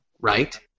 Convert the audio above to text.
right